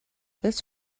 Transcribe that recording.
this